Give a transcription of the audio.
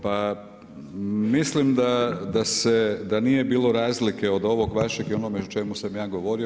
Pa mislim da se, da nije bilo razlike od ovog vašeg i onome o čemu sam ja govorio.